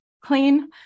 clean